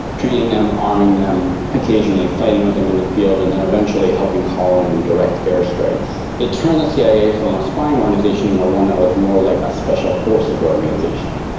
training them, arming them, occasionally fighting with them in the field, and then eventually helping calling in and direct air strikes. it turned the cia from a spying organisation to one that was more like a special forces organisation.